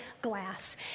glass